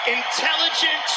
intelligent